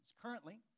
Currently